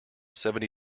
seventy